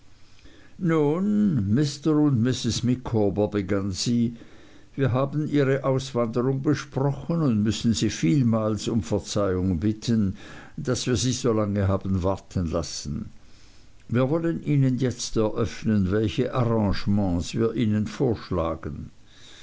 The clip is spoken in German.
und mrs micawber begann sie wir haben ihre auswanderung besprochen und müssen sie vielmals um verzeihung bitten daß wir sie so lange haben warten lassen wir wollen ihnen jetzt eröffnen welche arrangements wir ihnen vorschlagen